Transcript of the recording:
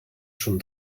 schon